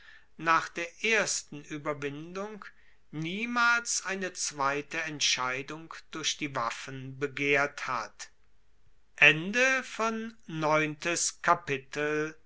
nach der ersten ueberwindung niemals eine zweite entscheidung durch die waffen begehrt hat